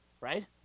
Right